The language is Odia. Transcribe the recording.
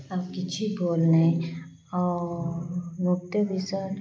ଆଉ କିଛି ଭୁଲ୍ ନାହିଁ ଆଉ ନୃତ୍ୟ ବିଷୟ